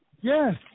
Yes